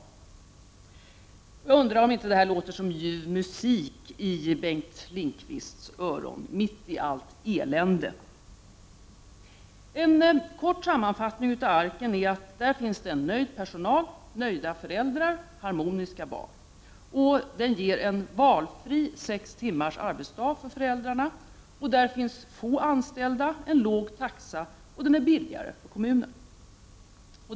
Låter inte detta som ljuv musik i Bengt Lindqvists öron, mitt i allt elände? En kort sammanfattning av Arken är att där finns nöjd personal, nöjda föräldrar och harmoniska barn. Den ger en valfri sextimmars arbetsdag för föräldrarna. Där finns få anställda, taxan är låg och barnomsorgen är billigare för kommunen.